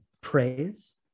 praise